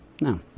no